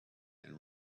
and